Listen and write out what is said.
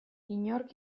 inork